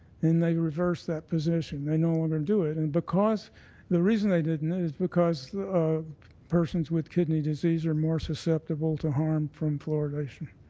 and they reversed that position. they no longer do it. and the reason they didn't is because persons with kidney disease are nor susceptible to harm from fluoridation.